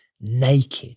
naked